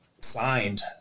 signed